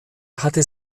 hatte